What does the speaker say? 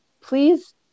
please